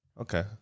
Okay